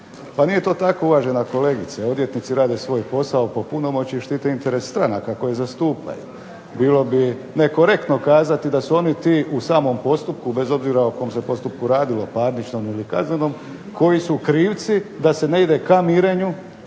Pa nije to tako, uvažena kolegice. Odvjetnici rade svoj posao po punomoći i štite interes stranaka koje zastupaju. Bilo bi nekorektno kazati da su oni ti u samom postupku, bez obzira o kom se postupku radilo parničnom ili kaznenom, koji su krivci da se ne ide ka mirenju